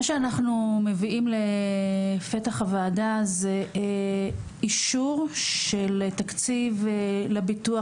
מה שאנחנו מביאים לפתח הוועדה זה אישור של תקציב לביטוח